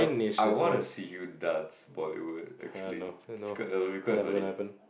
I want to see you dance Bollywood actually it's gonna be quite funny